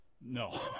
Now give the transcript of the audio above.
No